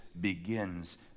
begins